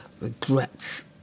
Regrets